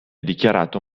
dichiarato